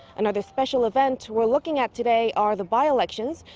another special event we're looking at today are the by-elections,